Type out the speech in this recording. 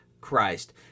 Christ